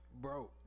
bro